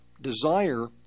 desire